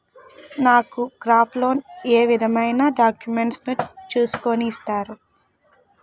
నాకు crop loan ఏ విధమైన డాక్యుమెంట్స్ ను చూస్కుని ఇస్తారు?